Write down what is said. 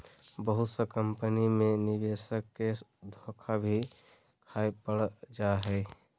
बहुत सा कम्पनी मे निवेशक के धोखा भी खाय पड़ जा हय